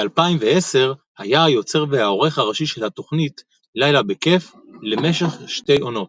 ב-2010 היה היוצר והעורך הראשי של התוכנית "לילה בכיף" למשך שתי עונות.